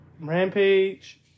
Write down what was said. Rampage